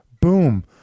Boom